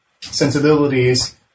sensibilities